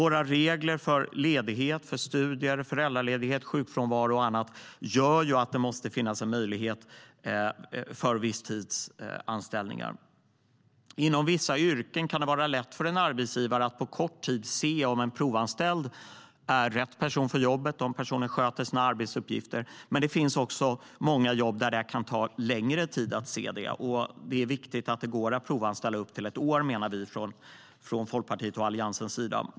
Våra regler för ledighet, studier, föräldraledighet, sjukfrånvaro och annat gör att det måste finnas en möjlighet till visstidsanställningar. Inom vissa yrken kan det vara lätt för en arbetsgivare att på kort tid se om en provanställd är rätt person för jobbet och om personen sköter sina arbetsuppgifter, men det finns också många jobb där det kan ta längre tid att se det. Vi från Folkpartiets och Alliansens sida menar att det är viktigt att det går att provanställa i upp till ett år.